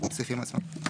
בסעיפים עצמם.